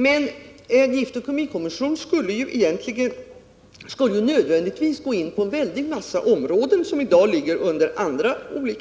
Men en giftoch kemikommission skulle nödvändigtvis komma att beröra en mängd områden som i dag handhas av andra